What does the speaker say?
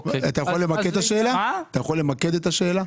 אתה יכול למקד את השאלה?